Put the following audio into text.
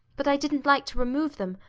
but i didn't like to remove them,